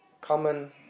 common